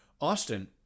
Austin